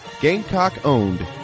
Gamecock-owned